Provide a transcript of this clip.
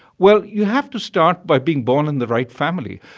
well, you have to start by being born in the right family.